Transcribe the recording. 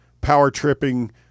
power-tripping